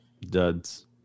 Duds